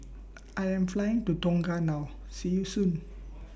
I Am Flying to Tonga now See YOU Soon